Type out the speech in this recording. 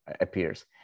appears